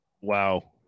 Wow